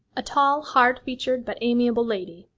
a tall, hard-featured, but amiable lady,